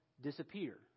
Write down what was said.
disappear